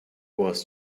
was